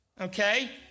Okay